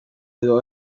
edo